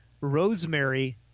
rosemary